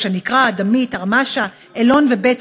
ראש-הנקרה, אדמית, עראמשה, אילון ובצת.